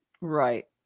Right